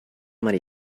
money